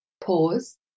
Pause